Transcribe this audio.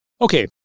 Okay